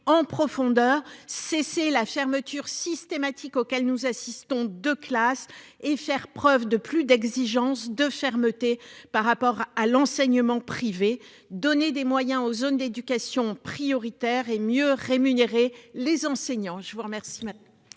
en profondeur. Cesser la fermeture systématique, auquel nous assistons de classe et faire preuve de plus d'exigence de fermeté par rapport à l'enseignement privé, donner des moyens aux zones d'éducation prioritaire et mieux rémunérer les enseignants. Je vous remercie.